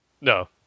No